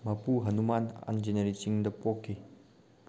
ꯃꯄꯨ ꯍꯅꯨꯃꯥꯟ ꯑꯟꯖꯤꯅꯔꯤ ꯆꯤꯡꯗ ꯄꯣꯛꯈꯤ